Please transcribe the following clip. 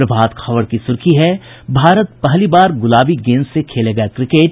प्रभात खबर की सुर्खी है भारत पहली बार गुलाबी गेंद से खेलेगा क्रिकेट